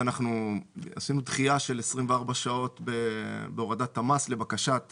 אנחנו עשינו דחייה של 24 שעות בהורדת המס לבקשת